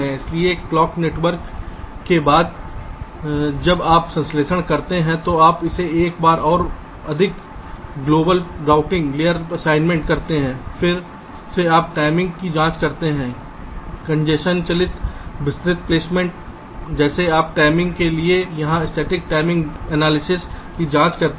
इसलिए clock network के बाद जब आप संश्लेषण करते हैं तो आप इसे एक बार और अधिक वैश्विक रूटिंग लेयर असाइनमेंट करते हैं फिर से आप टाइमिंग की जांच करते हैं कंजेशन चालित विस्तृत प्लेसमेंट जैसे आप टाइमिंग के लिए यहां स्थैतिक टाइमिंग विश्लेषण की जांच करते हैं